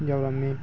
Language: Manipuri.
ꯌꯧꯔꯝꯃꯤ